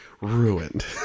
ruined